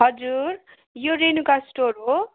हजुर यो रेनुका स्टोर हो